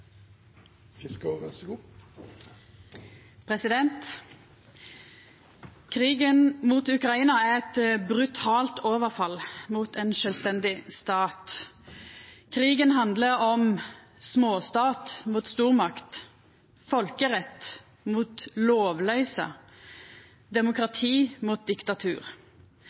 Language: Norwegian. Krigen mot Ukraina er eit brutalt overfall mot ein sjølvstendig stat. Krigen handlar om småstat mot stormakt, folkerett mot lovløyse, demokrati mot diktatur.